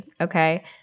Okay